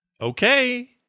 Okay